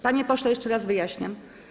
Panie pośle, jeszcze raz wyjaśniam.